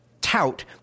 tout